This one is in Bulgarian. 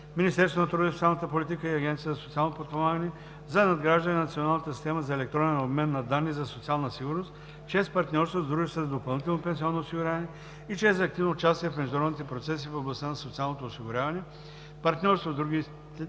Министерството на труда и социалната политика и Агенцията за социално подпомагане за надграждане на националната система за електронен обмен на данни за социалната сигурност чрез партньорство с дружествата за допълнително пенсионно осигуряване и чрез активно участие в международните процеси в областта на социалното осигуряване, партньорство с други